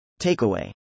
Takeaway